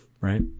right